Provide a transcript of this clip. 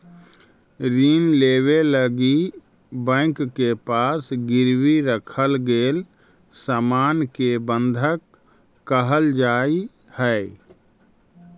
ऋण लेवे लगी बैंक के पास गिरवी रखल गेल सामान के बंधक कहल जाऽ हई